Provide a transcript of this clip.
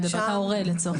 ההורה לצורך העניין.